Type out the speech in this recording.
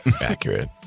accurate